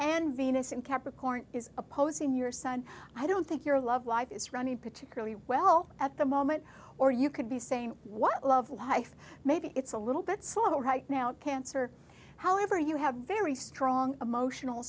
and venus in capricorn is opposing your son i don't think your love life is running particularly well at the moment or you could be saying what love life maybe it's a little bit slow right now cancer however you have very strong emotional